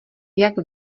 jak